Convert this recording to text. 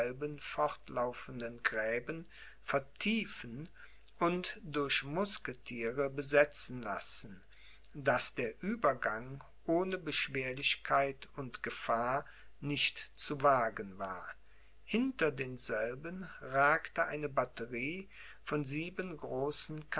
fortlaufenden gräben vertiefen und durch musketiere besetzen lassen daß der uebergang ohne beschwerlichkeit und gefahr nicht zu wagen war hinter denselben ragte eine batterie von